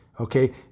Okay